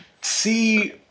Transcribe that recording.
see